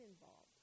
involved